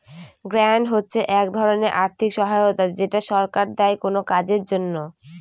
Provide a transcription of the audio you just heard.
grant হচ্ছে এক ধরনের আর্থিক সহায়তা যেটা সরকার দেয় কোনো কাজের জন্য